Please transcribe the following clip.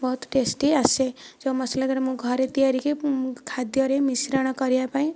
ବହୁତ ଟେଷ୍ଟି ଆସେ ଯେଉଁ ମସଲା ଗୁଡ଼ାକ ମୁଁ ଘରେ ତିଆରିକି ଖାଦ୍ୟରେ ମିଶ୍ରଣ କରିବା ପାଇଁ